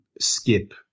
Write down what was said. Skip